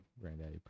Granddaddy